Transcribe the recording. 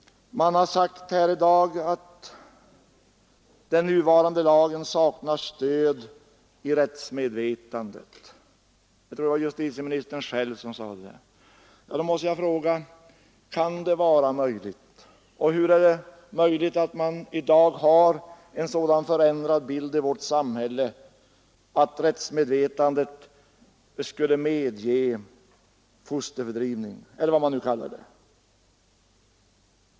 Man har sagt här i dag att den nuvarande lagen saknar stöd i rättsmedvetandet. Jag tror att det var justitieministern själv som sade det. Men då måste jag fråga: Hur är det möjligt att vi i dag har en sådan förändrad bild i vårt samhälle att rättsmedvetandet skulle medge fosterfördrivning — eller vad man nu kallar det?